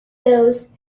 those